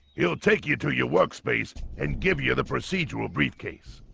he'll take you to your work space and give you the procedural briefcase